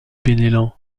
penellan